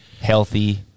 healthy